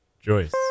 Joyce